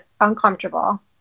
uncomfortable